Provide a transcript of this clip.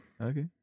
Okay